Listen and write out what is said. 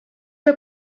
der